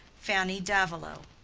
fanny davilow.